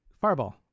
Fireball